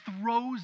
throws